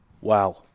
Wow